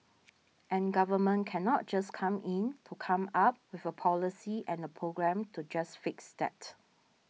and government cannot just come in to come up with a policy and a program to just fix that